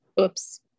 Oops